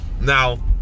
Now